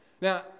Now